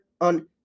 on